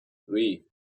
three